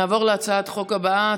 נעבור להצעת החוק הבאה,